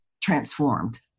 transformed